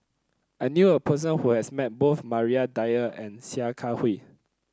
I knew a person who has met both Maria Dyer and Sia Kah Hui